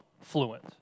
fluent